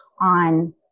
on